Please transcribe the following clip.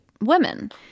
women